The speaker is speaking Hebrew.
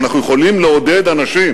אבל אנחנו יכולים לעודד אנשים